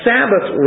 Sabbath